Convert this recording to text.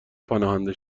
پناهنده